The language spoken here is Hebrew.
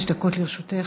חמש דקות לרשותך.